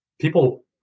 people